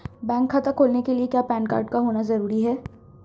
Bank खाता खोलने के लिए क्या पैन कार्ड का होना ज़रूरी है?